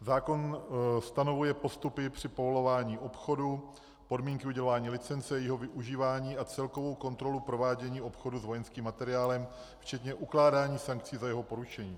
Zákon stanovuje postupy při povolování obchodu, podmínky udělování licence, jejího využívání a celkovou kontrolu provádění obchodu s vojenským materiálem včetně ukládání sankcí za jeho porušení.